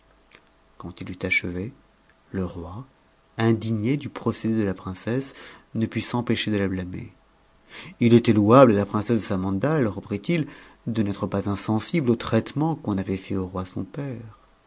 quand il eut achevé le roi indigné du procédé de la princesse ne put s'empêcher de la marner a h était louable à la princesse de samandal reprit-il de n'être lias insensible au traitement qu'on avait fait au roi son père